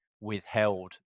withheld